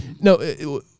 No